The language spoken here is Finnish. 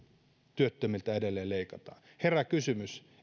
työttömiltä edelleen leikataan herää kysymys